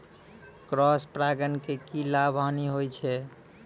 Cross परागण के की लाभ, हानि होय छै?